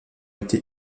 été